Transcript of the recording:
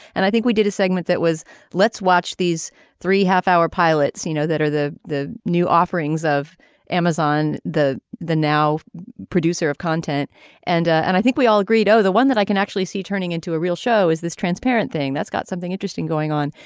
and i think we did a segment that was let's watch these three half hour pilot scenes you know that are the the new offerings of amazon the the now producer of content and ah and i think we all agreed oh the one that i can actually see turning into a real show is this transparent thing that's got something interesting going on.